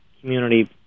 community